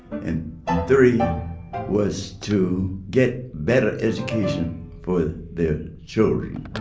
and three was to get better education for the the children